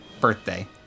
birthday